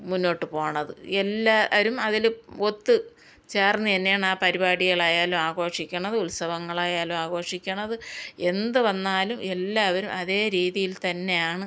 മുന്നോട്ടു പോകുന്നത് എല്ലാവരും അതിൽ ഒത്ത് ചേർന്ന് തന്നെയാണ് ആ പരിപാടികളായാലും ആഘോഷിക്കുന്നത് ഉത്സവങ്ങളായാലും ആഘോഷിക്കുന്നത് എന്ത് വന്നാലും എല്ലാവരും അതെ രീതിയിൽ തന്നെയാണ്